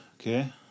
Okay